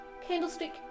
Candlestick